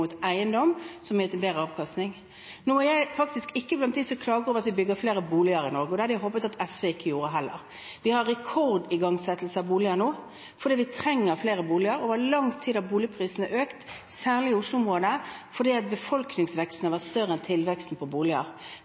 mot eiendom som yter bedre avkastning. Nå er faktisk ikke jeg blant dem som klager over at vi bygger flere boliger i Norge. Det hadde jeg håpet at ikke SV gjorde heller. Vi har rekord i igangsettelser av boliger nå, for vi trenger flere boliger. Over lang tid har boligprisene økt, særlig i Oslo-området, for befolkningsveksten har vært større enn tilveksten på boliger. Da bør vi faktisk være fornøyd hvis vi bygger flere boliger